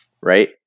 Right